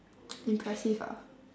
impressive ah